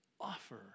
offer